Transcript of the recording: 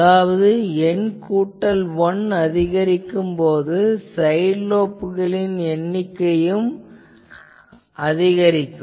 அதாவது N கூட்டல் 1 அதிகரிக்கும் போது சைட் லோப்களின் எண்ணிக்கையும் அதிகரிக்கும்